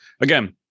again